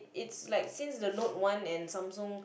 it's like since the note one and Samsung